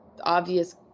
obvious